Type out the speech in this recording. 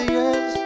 yes